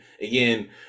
again